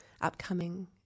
upcoming